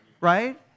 right